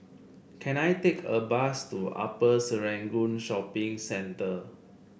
can I take a bus to Upper Serangoon Shopping Centre